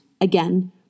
again